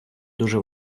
дуже